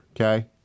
okay